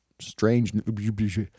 strange